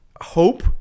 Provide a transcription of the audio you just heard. hope